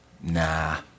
nah